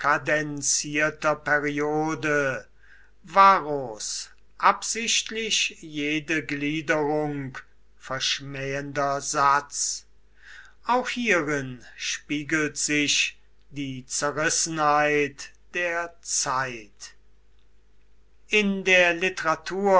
periode varros absichtlich jede gliederung verschmähender satz auch hierin spiegelt sich die zerrissenheit der zeit in der